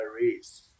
race